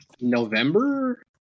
November